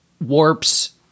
warps